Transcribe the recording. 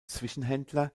zwischenhändler